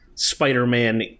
Spider-Man